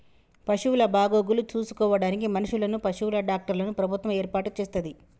పశువుల బాగోగులు చూసుకోడానికి మనుషులను, పశువుల డాక్టర్లను ప్రభుత్వం ఏర్పాటు చేస్తది